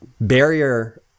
barrier